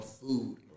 food